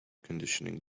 conditioning